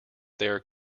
there